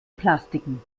plastiken